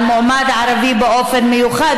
על מועמד ערבי במיוחד,